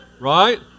Right